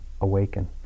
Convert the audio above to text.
awaken